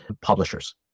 publishers